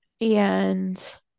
and-